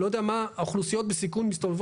אני לא יודע מה אוכלוסיות בסיכון מסתובבות